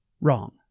wrong